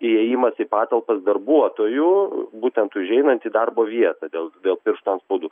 įėjimas į patalpas darbuotojų būtent užeinantį darbo vietą dėl dėl pirštų antspaudų